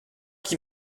qui